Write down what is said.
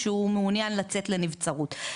שהוא מעוניין לצאת לנבצרות.